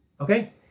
Okay